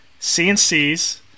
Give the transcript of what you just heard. CNCs